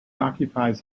occupies